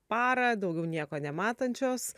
parą daugiau nieko nematančios